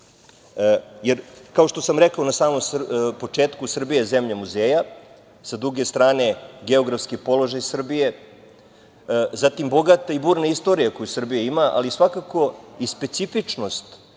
Kao, što sam rekao na samom početku, Srbija je zemlja muzeja, sa druge strane geografski položaj Srbije, zatim bogate i burne istorije, koju Srbija ima, ali svakako i specifičnost